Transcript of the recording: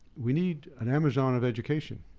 we need an amazon of education.